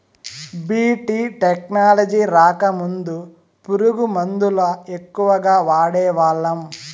BT technology రాకముందు పురుగు మందుల ఎక్కువగా వాడేవాళ్ళం